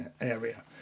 area